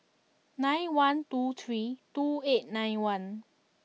nine one two three two eight nine one